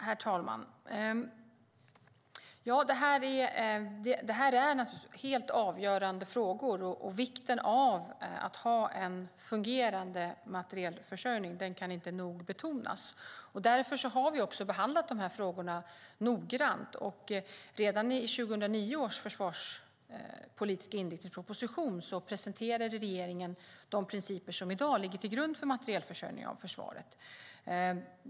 Herr talman! Det här är naturligtvis helt avgörande frågor, och vikten av att ha en fungerande materielförsörjning kan inte nog betonas. Därför har vi behandlat de här frågorna noggrant. Redan i 2009 års försvarspolitiska inriktningsproposition presenterade regeringen de principer som i dag ligger till grund för materielförsörjning av försvaret.